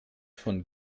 von